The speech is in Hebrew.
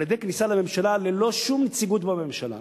על-ידי כניסה לממשלה ללא שום נציגות בממשלה,